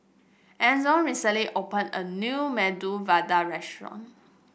Enzo recently opened a new Medu Vada Restaurant